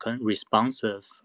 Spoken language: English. responsive